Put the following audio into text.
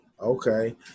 Okay